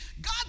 God